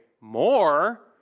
more